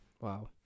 wow